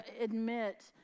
admit